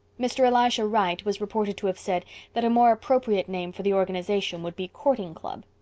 mr. elisha wright was reported to have said that a more appropriate name for the organization would be courting club.